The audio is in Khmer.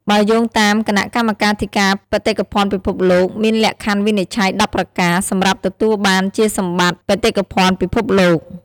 បើយោងតាមគណៈកម្មាធិការបេតិកភណ្ឌពិភពលោក មានលក្ខខណ្ឌវិនិច្ឆ័យ១០ប្រការ សម្រាប់ទទួលបានជាសម្បត្តិ បេតិកភណ្ឌពិភពលោក។